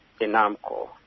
Enamco